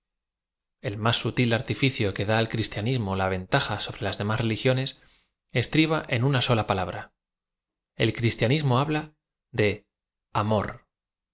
l más sutil artificio que da al cristianismo la ven taja sobre las demás religiones estriba en una sola palabra el cristianismo habla de am